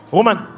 Woman